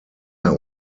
air